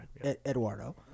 Eduardo